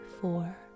four